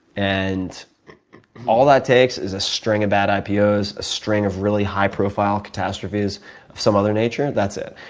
and all that takes is a string of bad ipos, a string of really high profile catastrophes of some other nature, that's it.